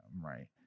right